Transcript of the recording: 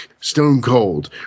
stone-cold